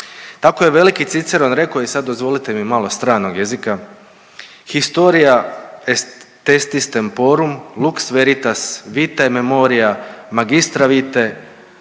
Tako je veliki Ciceron rekao i sad dozvolite mi malo stranog jezika